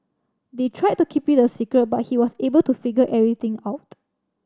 they tried to keep it a secret but he was able to figure everything out